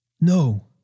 No